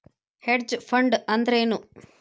Hedge fund ಅಂದ್ರೇನು?